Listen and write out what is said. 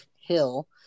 Hill